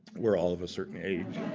we're all of a certain age.